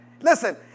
Listen